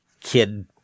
kid